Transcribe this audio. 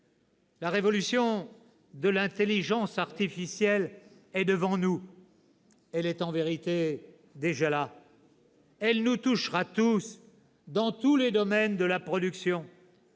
La révolution de l'intelligence artificielle est devant nous. Elle est en vérité déjà là. Elle nous touchera tous, dans tous les domaines de la production.